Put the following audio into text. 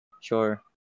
Sure